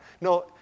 No